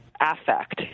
affect